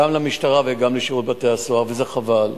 גם למשטרה וגם לשירות בתי-הסוהר, וזה חבל.